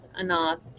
Anoth